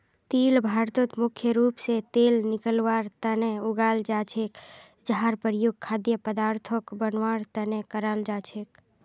तिल भारतत मुख्य रूप स तेल निकलवार तना उगाल जा छेक जहार प्रयोग खाद्य पदार्थक बनवार तना कराल जा छेक